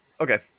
Okay